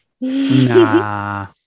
Nah